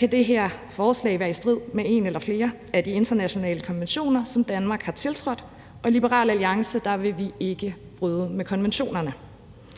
kan det her forslag være i strid med en eller flere af de internationale konventioner, som Danmark har tiltrådt, og i Liberal Alliance vil vi ikke bryde med konventionerne.